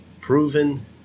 proven